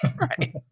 right